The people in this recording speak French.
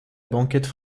banquette